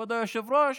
כבוד היושב-ראש,